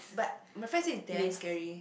but my friend say it's damn scary